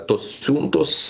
tos siuntos